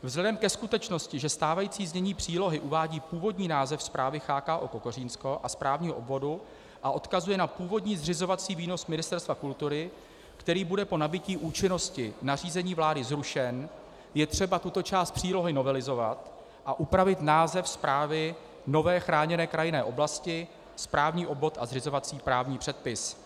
Vzhledem ke skutečnosti, že stávající znění přílohy uvádí původní název Správy CHKO Kokořínsko a správního obvodu a odkazuje na původní zřizovací výnos Ministerstva kultury, který bude po nabytí účinnosti nařízení vlády zrušen, je třeba tuto část přílohy novelizovat a upravit název správy nové chráněné krajinné oblasti, správní obvod a zřizovací právní předpis.